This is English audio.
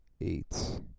eight